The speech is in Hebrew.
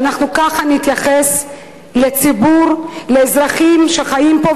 שאנחנו נתייחס כך לציבור, לאזרחים שחיים פה?